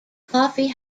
coffee